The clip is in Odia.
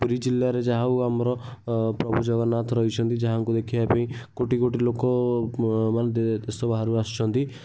ପୁରୀ ଜିଲ୍ଲାରେ ଯାହା ହଉ ଆମର ପ୍ରଭୁ ଜଗନ୍ନାଥ ରହିଛନ୍ତି ଯାହାଙ୍କୁ ଦେଖିବା ପାଇଁ କୋଟି କୋଟି ଲୋକ ମାନେ ଦେଶ ବାହାରୁ ଆସିଛନ୍ତି